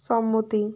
সম্মতি